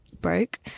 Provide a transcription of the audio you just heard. broke